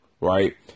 right